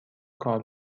کار